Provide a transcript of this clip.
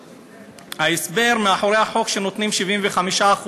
ההסבר מאחורי החוק, שנותנים 75%,